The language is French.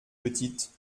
petites